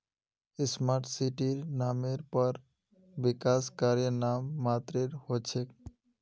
smart सिटीर नामेर पर विकास कार्य नाम मात्रेर हो छेक